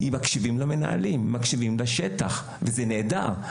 מקשיבים למנהלים, מקשיבים לשטח, וזה נהדר.